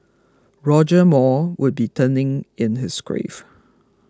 Roger Moore would be turning in his grave